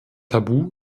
tabu